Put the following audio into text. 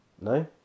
No